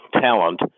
talent